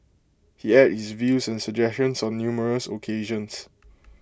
he aired his views and suggestions on numerous occasions